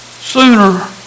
Sooner